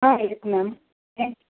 ஆ இருக்குது மேம்